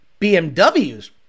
BMWs